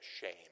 shame